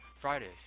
Fridays